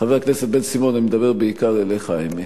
חבר הכנסת בן-סימון, אני מדבר בעיקר אליך, האמת.